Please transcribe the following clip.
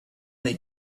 they